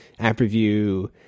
AppReview